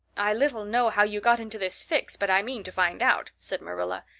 i little know how you got into this fix, but i mean to find out, said marilla.